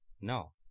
No